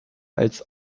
als